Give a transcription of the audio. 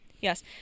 Yes